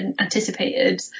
anticipated